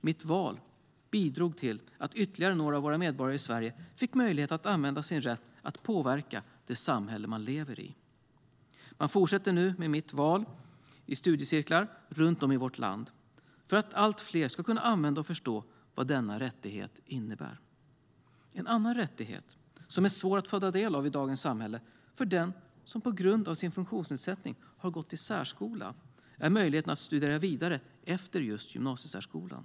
Mitt val bidrog till att ytterligare några av våra medborgare i Sverige fick möjlighet att använda sin rätt att påverka det samhälle man lever i. Man fortsätter nu med Mitt val i studiecirklar runt om i vårt land för att allt fler ska kunna använda och förstå vad denna rättighet innebär. En annan rättighet som är svår att få ta del av i dagens samhälle för den som på grund av sin funktionsförutsättning har gått i särskola är möjligheten att studera vidare efter gymnasiesärskolan.